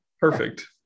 perfect